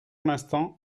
l’instant